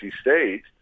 State